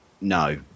no